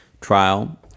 trial